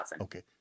Okay